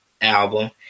album